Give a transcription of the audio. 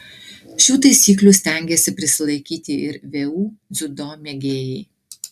šių taisyklių stengiasi prisilaikyti ir vu dziudo mėgėjai